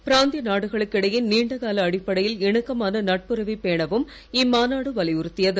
பிராந்திய நாடுகளுக்கு இடையே நீண்டகால அடிப்படையில் இணக்கமான நட்புறவை பேணவும் இம்மாநாடு வலியுறுத்தியது